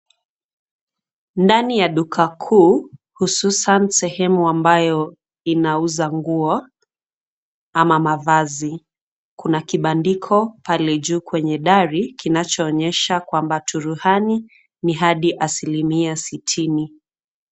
Ndani ya duka kuu hususan sehemu ambayo inauza nguo ama mavazi. Kuna kibandiko pale juu kwenye dari kinachoonyesha kwamba turuhani ni hadi asilimia sitini.